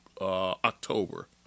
October